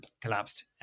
collapsed